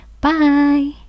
bye